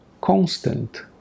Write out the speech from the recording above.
constant